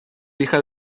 hija